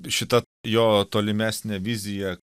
šita jo tolimesnė vizija